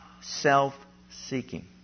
self-seeking